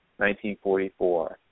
1944